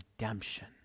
redemption